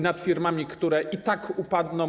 Nad firmami, które i tak upadną.